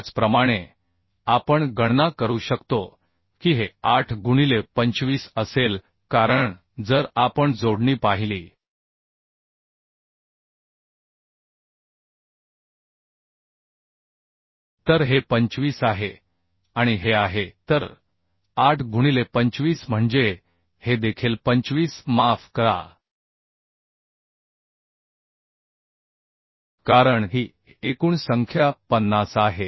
त्याचप्रमाणे आपण गणना करू शकतो की हे 8 गुणिले 25 असेल कारण जर आपण जोडणी पाहिली तर हे 25 आहे आणि हे आहे तर 8 गुणिले 25 म्हणजे हे देखील 25 माफ करा कारण ही एकूण संख्या 50 आहे